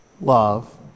Love